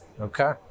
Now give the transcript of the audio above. Okay